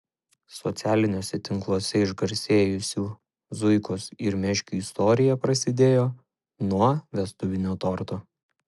socialiniuose tinkluose išgarsėjusių zuikos ir meškio istorija prasidėjo nuo vestuvinio torto